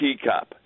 teacup